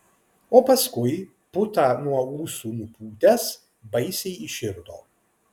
o paskui putą nuo ūsų nupūtęs baisiai įširdo